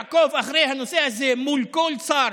לעקוב אחר הנושא הזה מול כל שר,